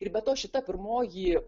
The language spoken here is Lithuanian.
ir be to šita pirmoji